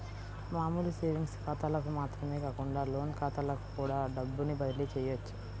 మామూలు సేవింగ్స్ ఖాతాలకు మాత్రమే కాకుండా లోన్ ఖాతాలకు కూడా డబ్బుని బదిలీ చెయ్యొచ్చు